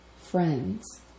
friends